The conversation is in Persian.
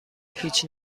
هیچ